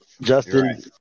Justin